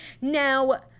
Now